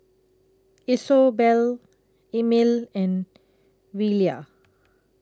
Isobel Emil and Velia